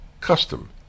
custom